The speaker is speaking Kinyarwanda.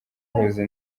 uhuza